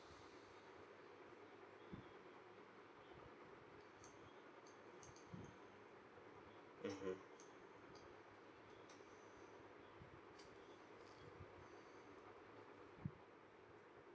mmhmm